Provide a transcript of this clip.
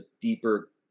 deeper